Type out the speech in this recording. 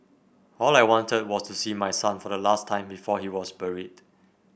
all I wanted was to see my son for the last time before he was buried